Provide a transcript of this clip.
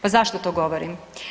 Pa zašto to govorim?